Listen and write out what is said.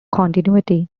continuity